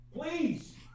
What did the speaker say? Please